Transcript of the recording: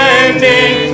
ending